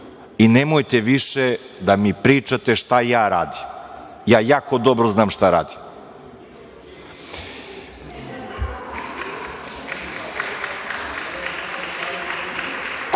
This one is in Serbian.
i nemojte više da mi pričate šta ja radim. Ja jako dobro znam šta radim.(Saša